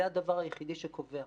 הזה הדבר היחידי שקובע.